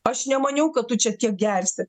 aš nemaniau kad tu čia tiek gersi